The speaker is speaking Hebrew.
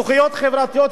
זכויות חברתיות,